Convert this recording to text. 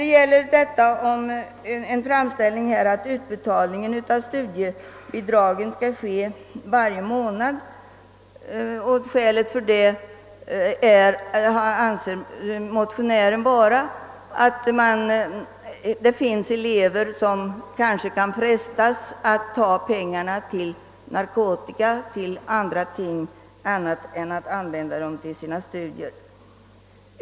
Det har gjorts en framställning om att utbetalningen av studiebidrag skulle ske varje månad, och motionären anför som skäl att det finns elever som kan bli frestade att använda pengarna till narkotika eller annat och inte till sina studier.